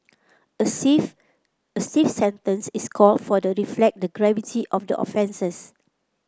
a stiff sentence is called for to reflect the gravity of the offences